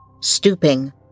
Stooping